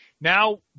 Now